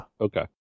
Okay